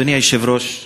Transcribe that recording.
אדוני היושב-ראש,